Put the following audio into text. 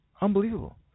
Unbelievable